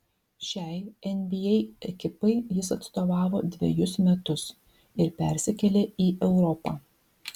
šiai nba ekipai jis atstovavo dvejus metus ir persikėlė į europą